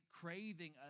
craving